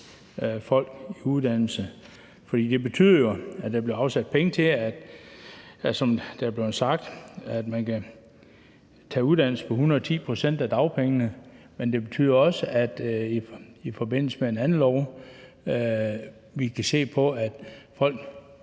folk i uddannelse. For det betyder jo, at der bliver afsat penge til, som det er blevet sagt, at man kan tage uddannelse på 110 pct. af dagpengene, men det betyder også i forhold til en anden lov, vi skal se på, at folk,